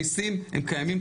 המיסים הם קיימים,